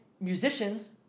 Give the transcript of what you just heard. musicians